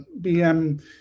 BM